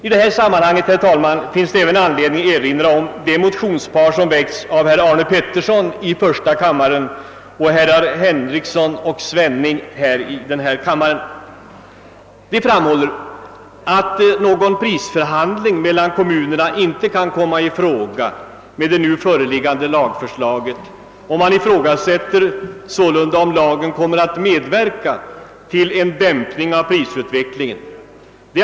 I detta sammanhang finns det även, herr talman, anledning att erinra om det motionspar som väckts av herr Arne Pettersson i första kammaren och herrar Henrikson och Svenning i denna kammare. De framhåller att prisförhandlingar mellan kommunerna inte kan ske med det nu föreliggande lagförslaget, och de ifrågasätter, om lagen kommer att medverka till en dämpning av prisutvecklingen.